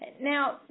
Now